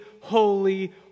holy